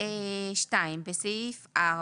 בסעיף 4